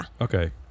Okay